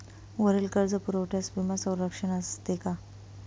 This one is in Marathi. वरील कर्जपुरवठ्यास विमा संरक्षण असते का?